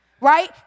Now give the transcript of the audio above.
right